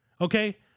Okay